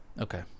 okay